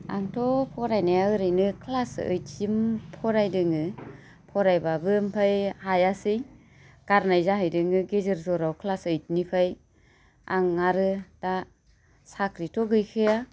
आंथ' फरायनाया ओरैनो क्लास ओइटसिम फरायदोङो फरायबाबो ओमफाय हायासै गारनाय जाहैदोङो गेजेर जराव क्लास ओइटनिफ्राय आं आरो दा साख्रिथ' गैखाया